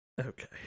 Okay